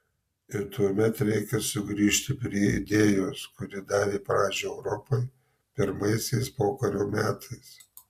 ir tuomet reikia sugrįžti prie idėjos kuri davė pradžią europai pirmaisiais pokario metais